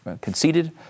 conceded